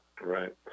right